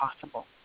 possible